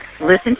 Listen